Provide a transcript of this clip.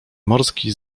morski